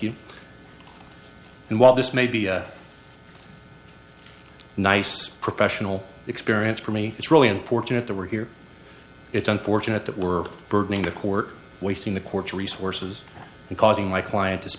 you and while this may be a nice professional experience for me it's really unfortunate that we're here it's unfortunate that we're burdening the court wasting the court's resources and causing my client